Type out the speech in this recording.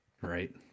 right